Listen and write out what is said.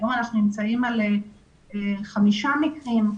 היום אנחנו נמצאים על חמישה מקרים,